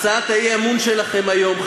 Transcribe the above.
הצעת האי-אמון שלכם היום,